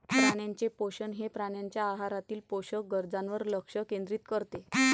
प्राण्यांचे पोषण हे प्राण्यांच्या आहारातील पोषक गरजांवर लक्ष केंद्रित करते